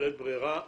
תודה.